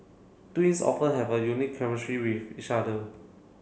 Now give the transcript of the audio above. twins often have a unique chemistry with each other